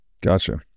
Gotcha